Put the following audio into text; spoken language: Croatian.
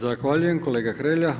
Zahvaljujem kolega Hrelja.